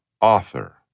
author